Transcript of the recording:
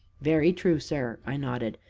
very true, sir! i nodded.